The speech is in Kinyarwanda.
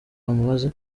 bamubaze